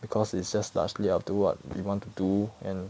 because it's just largely up to what you want to do and